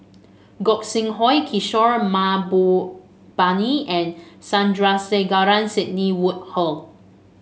Gog Sing Hooi Kishore Mahbubani and Sandrasegaran Sidney Woodhull